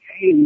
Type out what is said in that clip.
hey